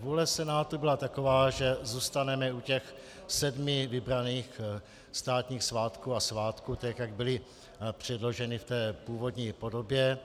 Vůle Senátu byla taková, že zůstaneme u těch sedmi vybraných státních svátků a svátků tak, jak byly předloženy v původní podobě.